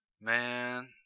Man